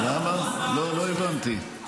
לא הבנתי,